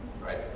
Right